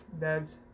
dad's